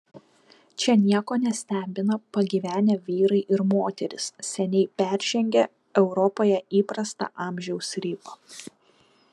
čia nieko nestebina pagyvenę vyrai ir moterys seniai peržengę europoje įprastą amžiaus ribą